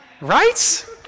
Right